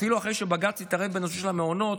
אפילו אחרי שבג"ץ התערב בנושא של המעונות,